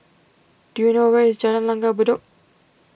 do you know where is Jalan Langgar Bedok